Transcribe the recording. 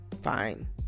Fine